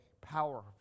power